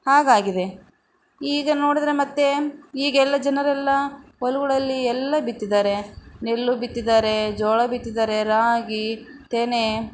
ಹಾಗಾಗಿದೆ ಈಗ ನೋಡಿದ್ರೆ ಮತ್ತೆ ಈಗೆಲ್ಲ ಜನರೆಲ್ಲ ಹೊಲ್ಗಳಲ್ಲಿ ಎಲ್ಲ ಬಿತ್ತಿದ್ದಾರೆ ನೆಲ್ಲೂ ಬಿತ್ತಿದ್ದಾರೆ ಜೋಳ ಬಿತ್ತಿದ್ದಾರೆ ರಾಗಿ ತೆನೆ